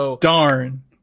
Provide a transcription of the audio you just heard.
Darn